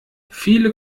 viele